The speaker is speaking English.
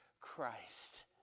Christ